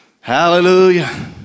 Hallelujah